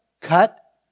cut